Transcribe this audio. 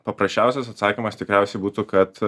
paprasčiausias atsakymas tikriausiai būtų kad